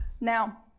Now